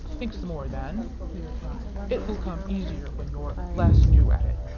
think some more, then, he replied. it will come easier when you're less new at it.